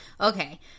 Okay